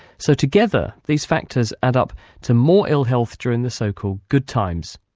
so together, these factors add up to more ill health during the so-called good times.